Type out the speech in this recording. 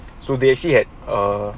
so they actually had err